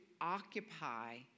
occupy